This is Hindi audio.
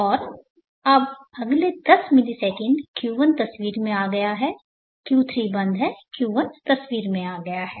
और अब अगले 10 मिलीसेकंड Q1 तस्वीर में आ गया है Q3 बंद है Q1 तस्वीर में आ गया है